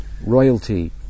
royalty